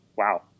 wow